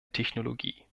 technologie